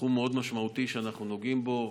תחום מאוד משמעותי שאנחנו נוגעים בו.